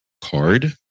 Card